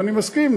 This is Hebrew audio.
ואני מסכים,